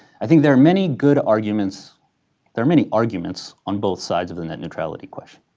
i think there are many good arguments there are many arguments on both sides of the net neutrality question.